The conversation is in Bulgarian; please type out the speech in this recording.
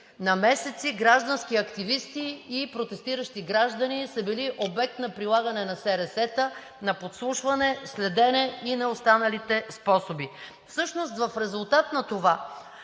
на месеци граждански активисти и протестиращи граждани са били обект на прилагане на СРС-та, на подслушване, следене и на останалите способи. В резултат на това